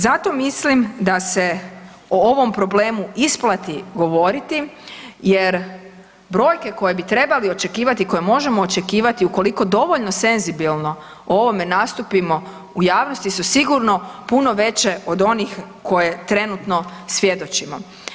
Zato mislim da se o ovom problemu isplati govoriti, jer brojke koje bi trebali očekivati, koje možemo očekivati ukoliko dovoljno senzibilno o ovome nastupimo u javnosti su sigurno puno veće od onih koje trenutno svjedočimo.